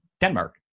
Denmark